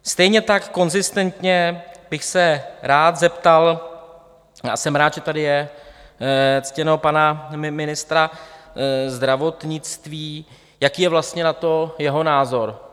Stejně tak konzistentně bych se rád zeptal jsem rád, že tady je ctěného pana ministra zdravotnictví, jaký je vlastně na to jeho názor.